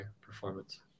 performance